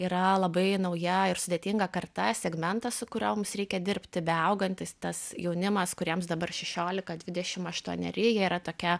yra labai nauja ir sudėtinga karta segmentas su kuriuo mums reikia dirbti beaugantis tas jaunimas kuriems dabar šešiolika dvidešim aštuoneri jie yra tokia